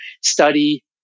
study